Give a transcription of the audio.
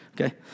okay